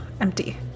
Empty